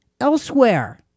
elsewhere